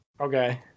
Okay